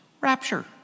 rapture